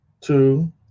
two